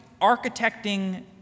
architecting